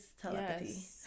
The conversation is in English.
Telepathy